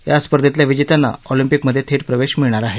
या स्पर्धेतल्या विजेत्यांना ऑलिम्पिकमध्ये थेट प्रवेश मिळणार आहे